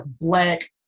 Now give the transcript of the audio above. black